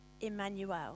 Emmanuel